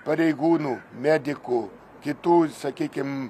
pareigūnų medikų kitų sakykim